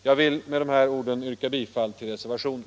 Jag vill med dessa ord yrka bifall till reservationen.